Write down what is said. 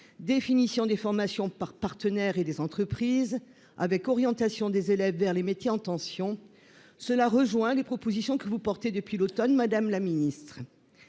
définition des formations par des « partenaires » et des entreprises, orientation des élèves vers les métiers en tension. Cela rejoint les propositions que vous portez depuis l'automne, madame la ministre.